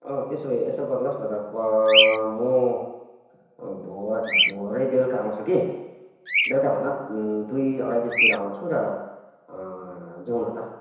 अँ त्यसो भए यसो गर्नुहोस् न त म भ भरे बेलुका आउँछु कि बेलुकाभन्दा दुई अढाई बजीतिर आउँछु र जाऔँ न त